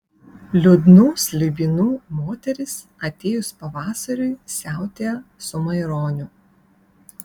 liūdnų slibinų moteris atėjus pavasariui siautėja su maironiu